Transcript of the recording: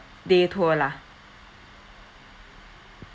day tour lah